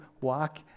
walk